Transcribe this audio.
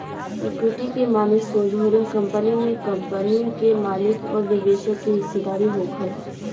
equity के माने सोज होला कंपनी में कंपनी के मालिक अउर निवेशक के हिस्सेदारी होखल